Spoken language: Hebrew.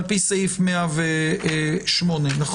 על פי סעיף 108 לחסד"פ.